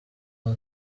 aho